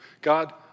God